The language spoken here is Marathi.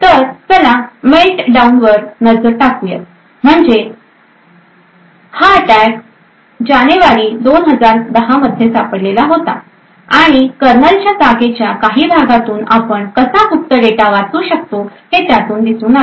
तर चला मेल्टडाउनवर नजर टाकू म्हणजेपण हा अटॅक जानेवारी 2010 मध्ये सापडलेला होता आणि कर्नलच्या जागेच्या काही भागांमधून आपण कसा गुप्त डेटा वाचू शकतो हे त्यातून दिसून आले